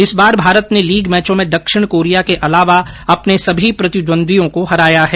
इस बार भारत ने लीग मैचों में दक्षिण कोरिया के अलावा अपने सभी प्रतिद्वंद्वियों को हराया है